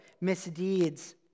misdeeds